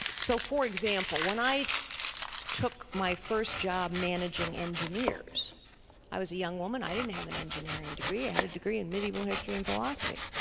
so for example when i took my first job managing engineers was a young woman, i didn't have an engineering degree, i had a degree in medieval history and philosophy.